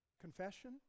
confession